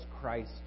Christ